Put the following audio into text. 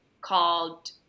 called